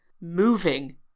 moving